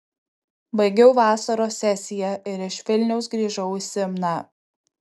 baigiau vasaros sesiją ir iš vilniaus grįžau į simną